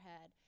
head